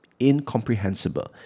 incomprehensible